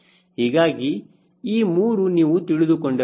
ಹೀಗಾಗಿ ಈ 3 ನೀವು ತಿಳಿದುಕೊಂಡಿರಬೇಕು